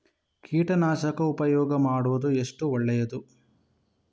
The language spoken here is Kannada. ಕೀಟನಾಶಕ ಉಪಯೋಗ ಮಾಡುವುದು ಎಷ್ಟು ಒಳ್ಳೆಯದು?